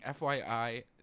FYI